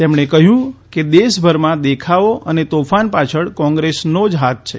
તેમણે કહ્યું કે દેશભરમાં દેખાવો અને તોફાન પાછળ કોંગ્રેસનો જ હાથ છે